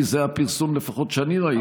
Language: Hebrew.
זה לפחות הפרסום שאני ראיתי,